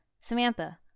Samantha